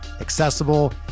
accessible